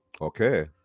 Okay